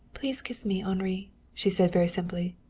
please kiss me, henri, she said very simply.